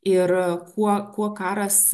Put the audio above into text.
ir kuo kuo karas